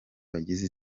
bagize